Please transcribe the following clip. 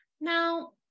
Now